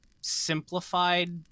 simplified